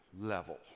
level